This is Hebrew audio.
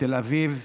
בתל אביב,